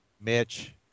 Mitch